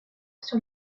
sur